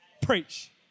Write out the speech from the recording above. Preach